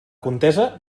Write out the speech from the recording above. contesa